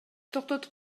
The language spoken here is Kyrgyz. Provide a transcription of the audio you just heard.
токтотуп